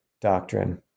doctrine